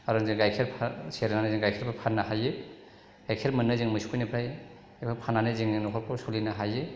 खारन जों गाइखेर सेरनानै जों गाइखेरबो फान्नो हायो गाइखेर मोनो जों मोसौफोरनिफ्राय एबा फान्नानै जोङो नखरखौ सलिनो हायो